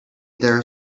there